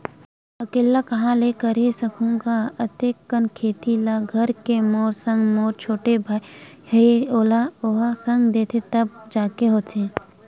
अकेल्ला काँहा ले करे सकहूं गा अते कन खेती ल घर के मोर संग मोर छोटे वाले भाई हे ओहा संग देथे तब जाके होथे